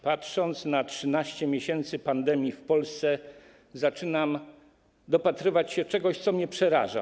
Patrząc na 13 miesięcy pandemii w Polsce, zaczynam dopatrywać się czegoś, co mnie przeraża.